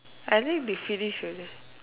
I think they finish already